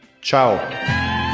Ciao